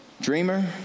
Dreamer